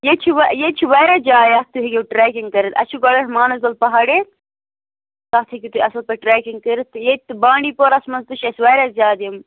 ییٚتہِ چھِ وا ییٚتہِ چھِ واریاہ جایہِ یتھ تُہۍ ہیٚکِو ٹرٛیکِنٛگ کٔرِتھ اَسہِ چھُ گۄڈِنٮ۪تھ مانَس بَل پہاڑِ تَتھ ہیٚکِو تُہۍ اَصٕل پٲٹھۍ ٹرٛیکِنٛگ کٔرِتھ تہٕ ییٚتہِ بانٛڈی پوراہَس منٛز تہِ چھِ اَسہِ واریاہ زیادٕ یِم